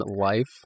life